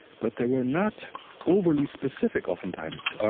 but they were not overly specific, oftentimes.